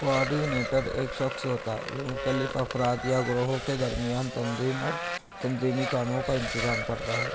coordinator ایک شخص ہوتا ہے جو مختلف افراد یا گروہوں کے درمیان تنظیم اور تنظیمی کاموں کا انتظام کرتا ہے